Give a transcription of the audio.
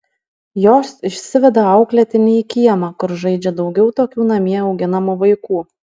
jos išsiveda auklėtinį į kiemą kur žaidžia daugiau tokių namie auginamų vaikų